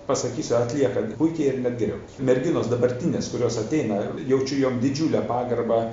pasakysiu atlieka puikiai net geriau merginos dabartinės kurios ateina jaučiu jom didžiulę pagarbą